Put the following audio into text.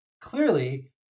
clearly